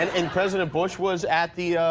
and and president bush was at the